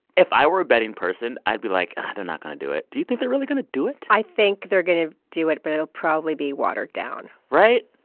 if i were a betting person, i'd be like they're not going to do it. do you think they're really going to do it? i think they're going to do it, but it'll probably be watered down right?